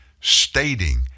stating